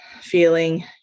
feeling